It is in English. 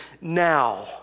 now